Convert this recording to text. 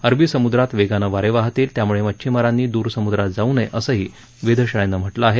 अरबी सम्द्रात वेगानं वारे वाहतील त्याम्ळे मच्छीमारांनी द्र सम्द्रात जाऊ नये असंही वेधशाळेनं म्हटलं आहे